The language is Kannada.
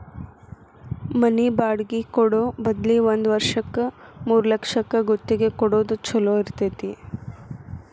ಮನಿ ಬಾಡ್ಗಿ ಕೊಡೊ ಬದ್ಲಿ ಒಂದ್ ವರ್ಷಕ್ಕ ಮೂರ್ಲಕ್ಷಕ್ಕ ಗುತ್ತಿಗಿ ಕೊಡೊದ್ ಛೊಲೊ ಇರ್ತೆತಿ